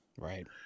Right